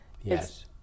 Yes